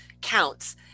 counts